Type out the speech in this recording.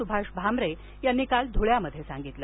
सुभाष भामरे यांनी काल धुळ्यात सांगितलं